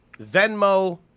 Venmo